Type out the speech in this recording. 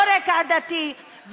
לא רקע דתי,